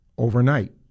Overnight